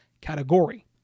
category